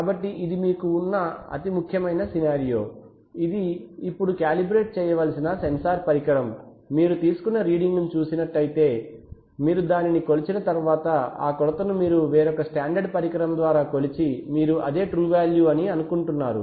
కాబట్టి ఇది మీకు ఉన్న ముఖ్యమైన సినారియో ఇది ఇప్పుడు కాలిబ్రేట్ చేయవలసిన సెన్సార్ పరికరం మీరు తీసుకున్న రీడింగ్ ను చూసినట్లైతే మీరు దానిని కొలిచిన తరువాత ఆ కొలత ను మీరు వేరొక స్టాండర్డ్ పరికరం ద్వారా కొలిచి మీరు అదే ట్రూ వాల్యూ అని అనుకుంటున్నారు